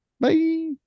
Bye